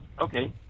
okay